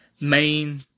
main